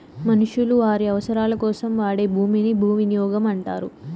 మనుషులు వారి అవసరాలకోసం వాడే భూమిని భూవినియోగం అంటారు